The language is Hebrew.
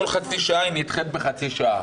כל חצי שעה היא נדחית בחצי שעה.